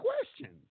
questions